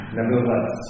Nevertheless